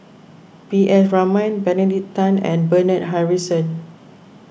P S Raman Benedict Tan and Bernard Harrison